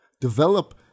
develop